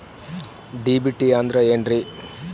DBT ಅಂದ್ರ ಏನ್ರಿ?